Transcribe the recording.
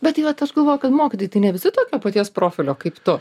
bet tai vat aš galvoju kad mokytojai tai ne visi tokio paties profilio kaip tu